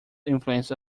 influence